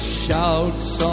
shouts